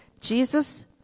Jesus